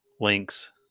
links